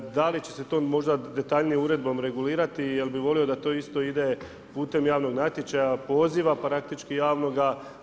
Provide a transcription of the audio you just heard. Da li će se to možda detaljnijom uredbom regulirati, jer bi volio da to isto ide putem javnog natječaja, poziva, praktički javnoga.